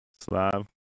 Slav